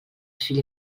fill